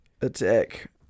Attack